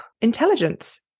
intelligence